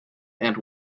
and